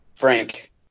Frank